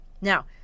Now